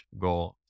go